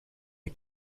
est